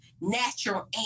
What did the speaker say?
natural